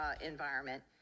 environment